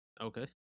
Okay